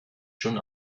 schon